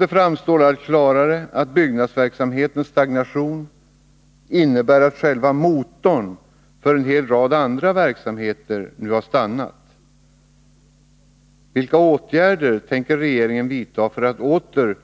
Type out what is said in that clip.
Det framstår allt klarare att byggnadsverksamhetens stagnation innebär att själva motorn för en hel rad andra verksamheter nu har stannat. Vilka åtgärder tänker regeringen vidta för att åter